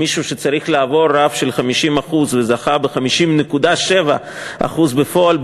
מישהו שצריך לעבור רף של 50% וזכה ב-50.7% בפועל,